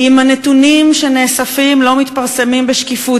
אם הנתונים שנאספים לא מתפרסמים בשקיפות,